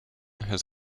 his